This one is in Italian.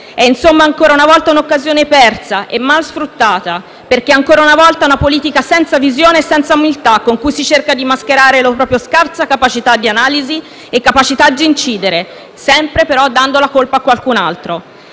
Insomma, è ancora una volta un'occasione persa e mal sfruttata. Si tratta, ancora una volta, di una politica senza visione e umiltà, con cui si cerca di mascherare la propria scarsa capacità di analisi e di incidere, sempre dando la colpa a qualcun altro,